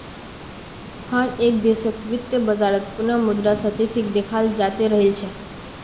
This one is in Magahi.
हर एक देशत वित्तीय बाजारत पुनः मुद्रा स्फीतीक देखाल जातअ राहिल छे